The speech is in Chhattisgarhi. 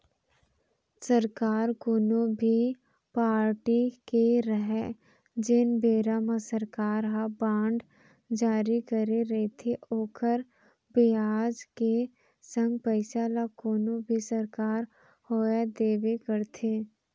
सरकार कोनो भी पारटी के रहय जेन बेरा म सरकार ह बांड जारी करे रइथे ओखर बियाज के संग पइसा ल कोनो भी सरकार होवय देबे करथे